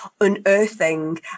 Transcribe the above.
unearthing